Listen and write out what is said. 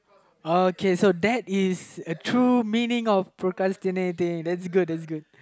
okay so that is a true meaning procrastinating that's good that's good